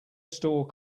store